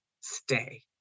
stay